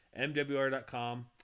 MWR.com